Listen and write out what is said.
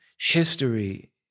history